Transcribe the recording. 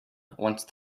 once